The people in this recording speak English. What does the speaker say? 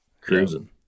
cruising